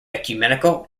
ecumenical